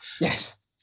Yes